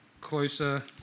closer